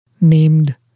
named